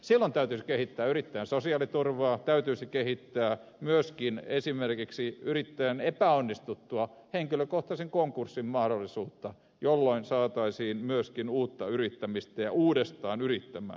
silloin täytyisi kehittää yrittäjän sosiaaliturvaa täytyisi kehittää myöskin esimerkiksi yrittäjän epäonnistuttua henkilökohtaisen konkurssin mahdollisuutta jolloin saataisiin myöskin uutta yrittämistä ja ihmisiä uudestaan yrittämään